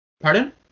Pardon